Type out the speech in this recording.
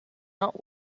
not